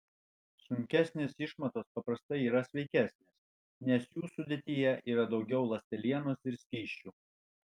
sunkesnės išmatos paprastai yra sveikesnės nes jų sudėtyje yra daugiau ląstelienos ir skysčių